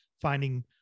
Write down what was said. finding